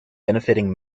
benefiting